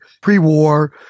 pre-war